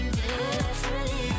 differently